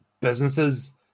businesses